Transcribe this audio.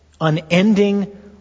unending